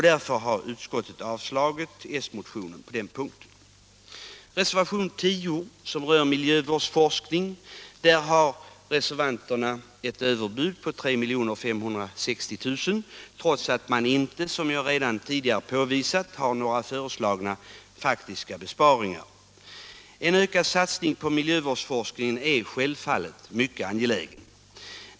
Därför har utskottet avstyrkt s-motionen på denna punkt. I reservationen 10, som rör miljövårdsforskning, har reservanterna ett överbud på 3 560 000 kr., trots att man inte, som jag redan tidigare påvisat, föreslår några faktiska besparingar. En ökad satsning på miljövårdsforskning är självfallet mycket angelägen.